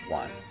one